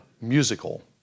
musical